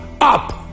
up